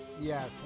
Yes